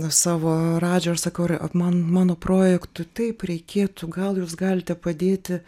savo radžio aš sakau man mano projektu taip reikėtų gal jūs galite padėti